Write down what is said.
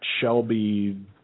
Shelby